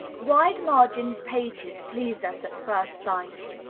wide-margined pages please us at first sight.